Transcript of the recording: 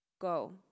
Go